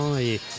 et